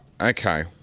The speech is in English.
Okay